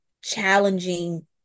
challenging